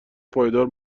پایدار